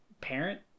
parent